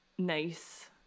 nice